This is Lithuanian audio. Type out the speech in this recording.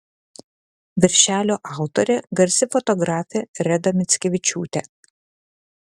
viršelio autorė garsi fotografė reda mickevičiūtė